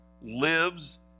lives